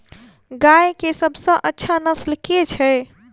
गाय केँ सबसँ अच्छा नस्ल केँ छैय?